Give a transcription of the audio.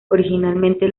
originalmente